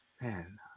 man